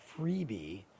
freebie